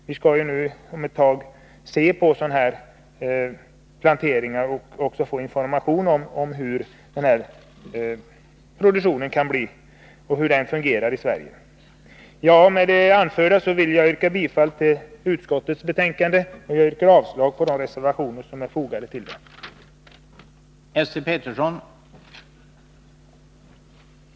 Vi skall ju nu om någon tid se på sådana här planteringar och få information om hur produktionen fungerar i Sverige. Med det anförda vill jag yrka bifall till utskottets hemställan och avslag på de reservationer som är fogade till betänkandet.